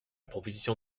proposition